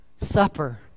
supper